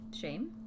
shame